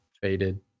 faded